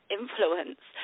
influence